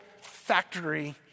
factory